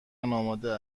آماده